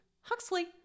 Huxley